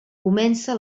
comença